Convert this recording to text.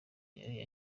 yari